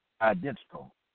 identical